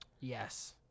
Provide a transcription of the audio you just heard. Yes